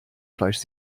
fleisch